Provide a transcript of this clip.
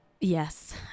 Yes